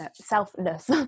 selfless